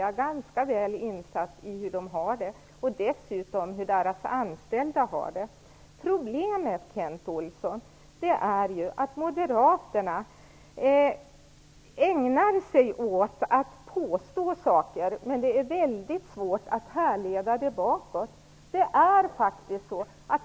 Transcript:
Jag är ganska väl insatt i hur de har det och dessutom i hur deras anställda har det. Problemet, Kent Olsson, är ju att moderaterna ägnar sig åt att påstå saker som det är mycket svårt att härleda bakåt.